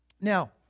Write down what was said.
Now